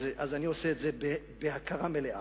אז אני עושה את זה בהכרה מלאה.